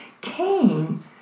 Cain